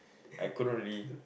I couldn't really